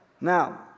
Now